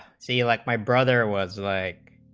fc like my brother was like